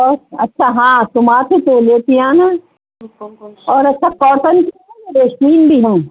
اور اچھا ہاں تم آتی تولے کے آنا اور اچھا کاٹن بھی ہے ریشمی بھی ہیں